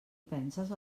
penses